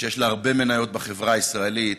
שיש לה הרבה מניות בחברה הישראלית,